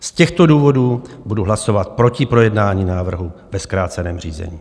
Z těchto důvodů budu hlasovat proti projednání návrhu ve zkráceném řízení.